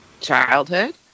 childhood